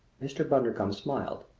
mr. bundercombe smiled.